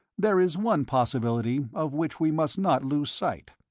there is one possibility of which we must not lose sight.